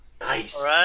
Nice